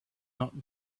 not